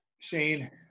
Shane